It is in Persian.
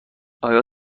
آیا